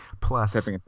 Plus –